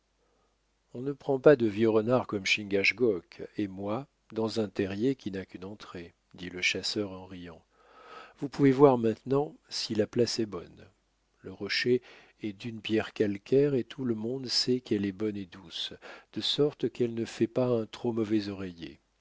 on ne prend pas de vieux renards comme chingachgook et moi dans un terrier qui n'a qu'une entrée dit le chasseur en riant vous pouvez voir maintenant si la place est bonne le rocher est d'une pierre calcaire et tout le monde sait qu'elle est bonne et douce de sorte qu'elle ne fait pas un trop mauvais oreiller